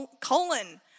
colon